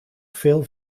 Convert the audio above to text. veel